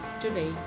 Today